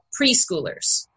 preschoolers